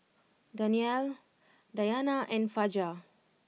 Danial Dayana and Fajar